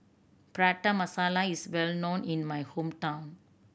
Prata Masala is well known in my hometown